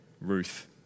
Ruth